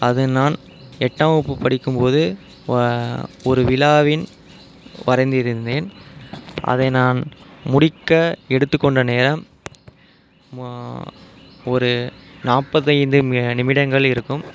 அதை நான் எட்டாம் வகுப்பு படிக்கும் போது வ ஒரு விழாவின் வரைந்திருந்தேன் அதை நான் முடிக்க எடுத்துக்கொண்ட நேரம் ம ஒரு நாற்பத்தைந்து நிமிடங்கள் இருக்கும்